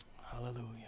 Hallelujah